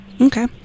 Okay